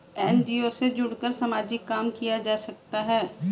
NGO से जुड़कर सामाजिक काम किया जा सकता है